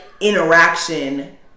interaction